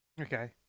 Okay